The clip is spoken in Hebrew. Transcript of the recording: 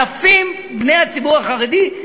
אלפים בני הציבור החרדי,